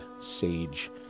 sage